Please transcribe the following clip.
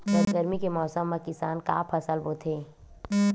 गरमी के मौसम मा किसान का फसल बोथे?